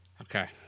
Okay